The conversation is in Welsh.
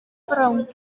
brown